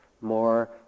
more